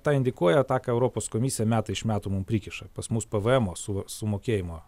tą indikuoja tą ką europos komisija metai iš metų mums prikiša pas mus pvemo su sumokėjimo